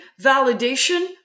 validation